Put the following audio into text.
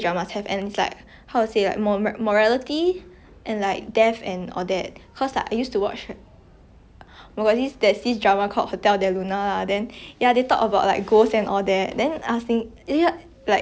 oh my god there's this drama called hotel del luna lah then yeah they talk about like ghosts and all that then I was thinking like actually last time I didn't use to think that when you die you go you go somewhere you know but like